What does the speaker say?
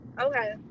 Okay